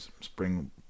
spring